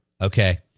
okay